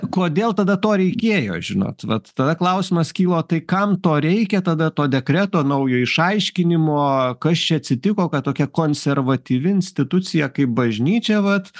kodėl tada to reikėjo žinot vat tada klausimas kyla o tai kam to reikia tada to dekreto naujo išaiškinimo kas čia atsitiko kad tokia konservatyvi institucija kaip bažnyčia vat